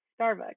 Starbucks